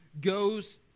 goes